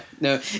no